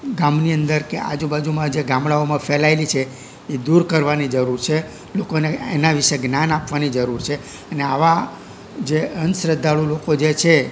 ગામની અંદર કે આજુબાજુમાં જે ગામડાઓમાં ફેલાયેલી છે એ દૂર કરવાની જરૂર છે લોકોને એના વિશે જ્ઞાન આપવાની જરૂર છે અને આવા જે અંધશ્રદ્ધાળું લોકો જે છે